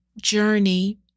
journey